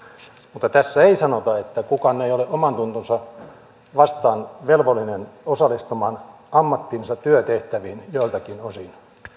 mutta tässä ei sanota että kukaan ei ole omantuntonsa vastaisesti velvollinen osallistumaan ammattinsa työtehtäviin joiltakin osin